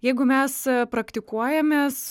jeigu mes praktikuojamės